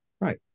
right